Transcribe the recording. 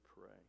pray